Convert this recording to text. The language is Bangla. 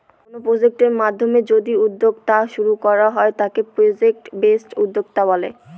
কোনো প্রজেক্টের মাধ্যমে যদি উদ্যোক্তা শুরু করা হয় তাকে প্রজেক্ট বেসড উদ্যোক্তা বলে